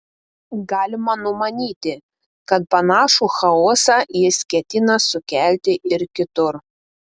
galima numanyti kad panašų chaosą jis ketina sukelti ir kitur